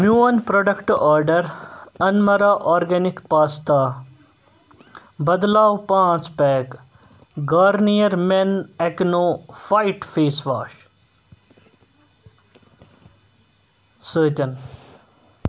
میون پروڈکٹہٕ آرڈر انمارا آرگینِک پاستا بدلاو پانٛژھ pack Garnier men AcnoFight face wash سۭتۍ